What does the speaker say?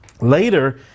Later